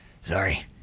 sorry